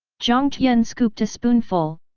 jiang tian scooped a spoonful,